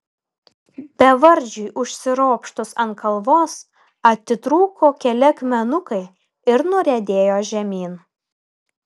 bevardžiui užsiropštus ant kalvos atitrūko keli akmenukai ir nuriedėjo žemyn